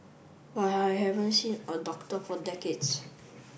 but I haven't seen a doctor for decades